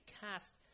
cast